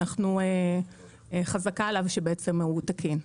חזקה עליו שהוא תקין.